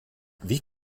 wie